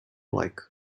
like